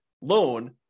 loan